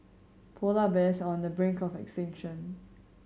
polar bears on the brink of extinction